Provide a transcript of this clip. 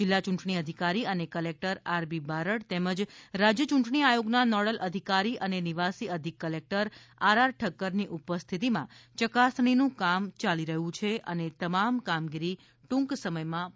જિલ્લા યૂંટણી અધિકારી અને કલેકટર આર બી બારડ તેમજ રાજ્ય ચુંટણી આયોગના નોડલ અધિકારી અને નિવાસી અધિક કલેકટર આર આર ઠક્કરની ઉપસ્થિતિમાં યકાસણીનું કામ ચાલી રહ્યું છે અને આ તમામ કામગીરી ટુક સમયમાં પૂર્ણ થશે